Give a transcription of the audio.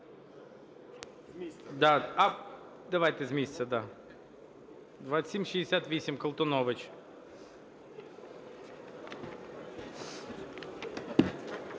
З місця.